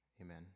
amen